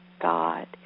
God